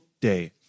day